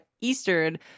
eastern